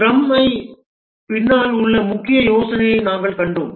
scrum பின்னால் உள்ள முக்கிய யோசனையை நாங்கள் கண்டோம்